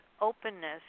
openness